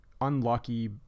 unlucky